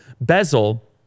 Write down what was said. bezel